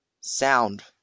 sound